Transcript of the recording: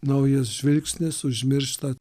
naujas žvilgsnis užmiršta